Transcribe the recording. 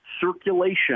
circulation